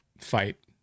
fight